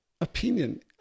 opinion